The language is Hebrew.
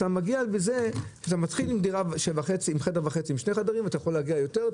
זה מתחיל עם דירה של חדר וחצי ואפשר להגיע יותר.